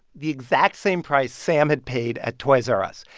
the exact same price sam had paid at toys r us.